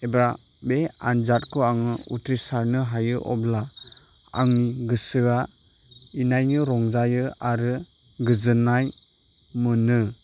एबा बे आन्जादखौ आङो उथ्रिसारनो हायो अब्ला आंनि गोसोआ इनायनो रंजायो आरो गोजोननाय मोनो